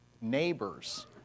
neighbors